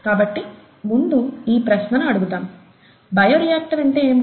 కాబట్టి ముందు ఈ ప్రశ్నని అడుగుదాం బయో రియాక్టర్ అంటే ఏమిటి